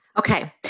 Okay